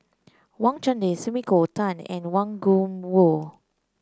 Wang Chunde Sumiko Tan and Wang Gungwu